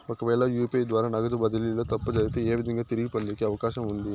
ఒకవేల యు.పి.ఐ ద్వారా నగదు బదిలీలో తప్పు జరిగితే, ఏ విధంగా తిరిగి పొందేకి అవకాశం ఉంది?